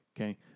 Okay